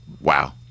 wow